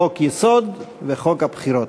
חוק-יסוד וחוק הבחירות.